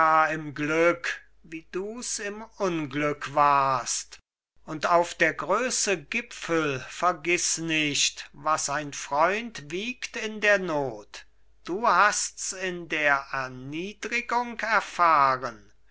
im glück wie dus im unglück warst und auf der größe gipfel vergiß nicht was ein freund wiegt in der not du hasts in der erniedrigung erfahren